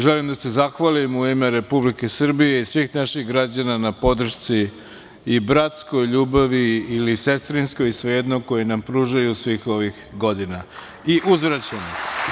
Želim da se zahvalim, u ime Republike Srbije i svih naših građana, na podršci i bratskoj ljubavi, ili sestrinskoj, svejedno, koju nam pružaju svih ovih godina i uzvraćamo.